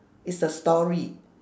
it's a story